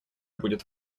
будет